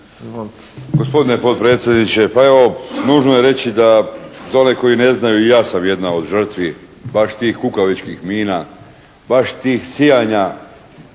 Hvala